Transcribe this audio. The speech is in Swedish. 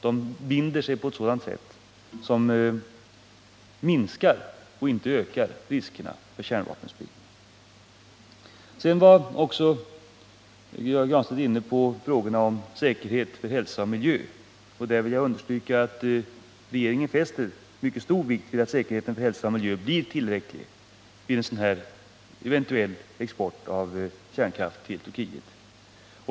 De binder sig på ett sätt som minskar och inte ökar riskerna för kärnvapenspridning. Pär Granstedt tog också upp frågorna om säkerhet för hälsa och miljö. Jag vill understryka att regeringen fäster mycket stor vikt vid att säkerheten för hälsa och miljö blir tillräcklig vid en eventuell export av kärnkraft till Turkiet.